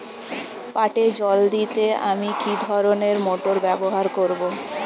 পাটে জল দিতে আমি কি ধরনের মোটর ব্যবহার করব?